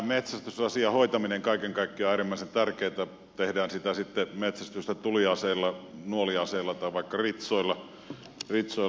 tämä metsästysasian hoitaminen kaiken kaikkiaan on äärimmäisen tärkeätä tehdään sitä sitten metsästys tai tuliaseilla nuoliaseilla tai vaikka ritsoilla